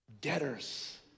Debtors